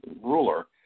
ruler